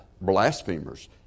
blasphemers